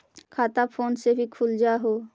खाता फोन से भी खुल जाहै?